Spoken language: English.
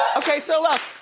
okay, so look.